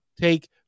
take